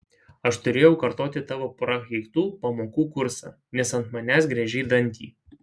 aš turėjau kartoti tavo prakeiktų pamokų kursą nes ant manęs griežei dantį